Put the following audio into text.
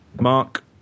Mark